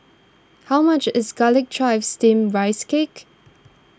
how much is Garlic Chives Steamed Rice Cake